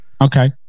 Okay